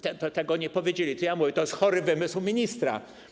Tego nie powiedzieli, to ja mówię, że to jest chory wymysł ministra.